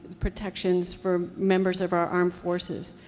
protections for members of our armed forces.